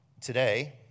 today